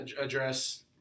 address